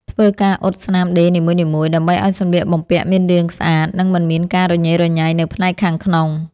ធ្វើការអ៊ុតស្នាមដេរនីមួយៗ ដើម្បីឱ្យសម្លៀកបំពាក់មានរាងស្អាត និងមិនមានការរញ៉េរញ៉ៃនៅផ្នែកខាងក្នុង។